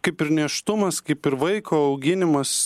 kaip ir nėštumas kaip ir vaiko auginimas